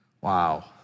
Wow